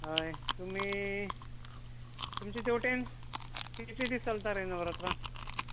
हय तुमी तुमचे तेवटेन कितले दीस चलता रे नवरात्रां